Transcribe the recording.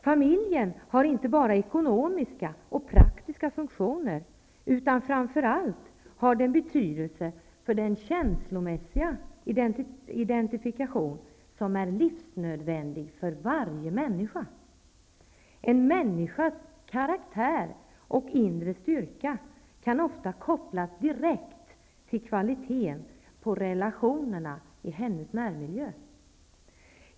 Familjen har inte bara ekonomiska och praktiska funktioner, utan framför allt har den betydelse för den känslomässiga identifikation som är livsnödvändig för varje människa. En människas karaktär och inre styrka kan ofta kopplas direkt till kvaliteten på relationerna i hennes närmiljö.